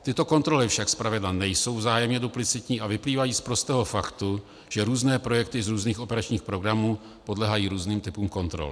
Tyto kontroly však zpravidla nejsou vzájemně duplicitní a vyplývají z prostého faktu, že různé projekty z různých operačních programů podléhají různým typům kontrol.